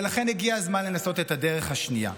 ולכן הגיע הזמן לנסות את הדרך השנייה,